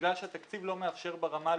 בגלל שהתקציב לא מאפשר ברמה הלאומית,